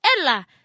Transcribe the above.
Ella